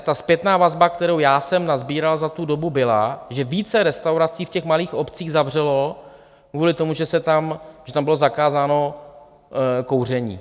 Ta zpětná vazba, kterou já jsem nasbíral za tu dobu, byla, že více restaurací v těch malých obcích zavřelo kvůli tomu, že tam bylo zakázáno kouření.